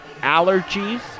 allergies